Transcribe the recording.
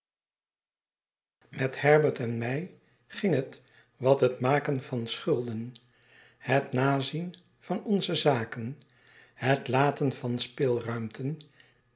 met herbert en mij ging het wat het maken van schulden het nazien van onze zaken het laten van